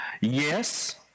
Yes